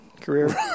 career